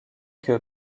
que